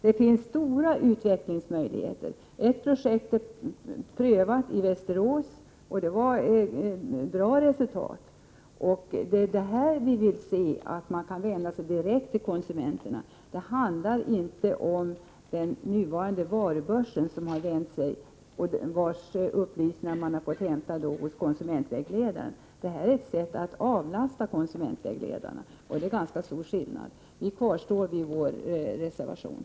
Här finns stora utvecklingsmöjligheter. Ett projekt har prövats i Västerås, och det gav bra resultat. Det är det här vi vill se, att man kan vända sig direkt till konsumenterna. Det handlar inte om den nuvarande varubörsen, vars upplysningar man har fått hämta hos konsumentvägledaren. Detta är ett sätt att avlasta konsumentvägledarna, och det är ganska stor skillnad. Vi kvarstår vid vår reservation.